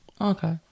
Okay